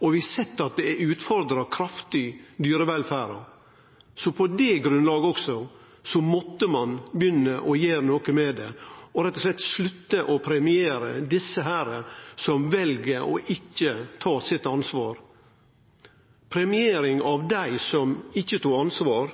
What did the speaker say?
og vi har sett at det har utfordra dyrevelferda kraftig. Også på det grunnlaget måtte ein begynne å gjere noko med det og rett og slett slutte å premiere desse som vel å ikkje ta sitt ansvar. Premiering av dei som ikkje tok ansvar,